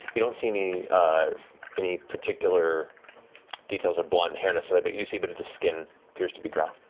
you don't see any any particular details of blonde hair necessarily, but you see a bit of the skin appears to be drow.